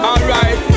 Alright